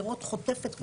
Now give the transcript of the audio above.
שדרות חוטפת,